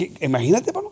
Imagínate